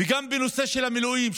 גם בנושא של המילואים,